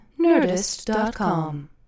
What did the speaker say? Nerdist.com